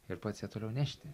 ir pats ją toliau nešti